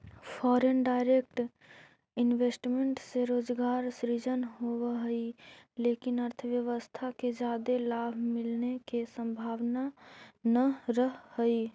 foreign direct investment से रोजगार सृजन होवऽ हई लेकिन अर्थव्यवस्था के जादे लाभ मिलने के संभावना नह रहऽ हई